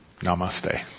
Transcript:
Namaste